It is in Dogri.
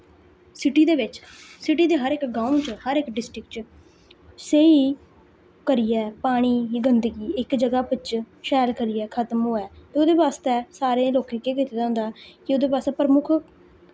सिटी दे बिच्च सिटी दे हर इक ग्राएं च हर इक डिस्टिक च स्हेई करियै पानी दी गंदगी इक्क जगह् बिच्च शैल करियै खत्म होऐ ओह्दे आस्तै सारें लोकें केह् कीते दा होंदा कि ओह्दैे बास्तै प्रमुक्ख